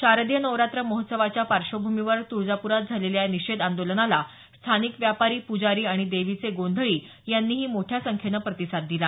शारदीय नवरात्र महोत्सवाच्या पार्श्वभूमीवर तुळजापुरात झालेल्या या निषेध आंदोलनाला स्थानिक व्यापारी पुजारी आणि देवीचे गोंधळी यांनीही मोठ्या संख्येने प्रतिसाद दिला